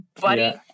buddy